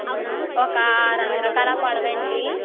ఒక ఆరు వందలు కలా పడవాండీ